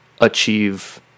achieve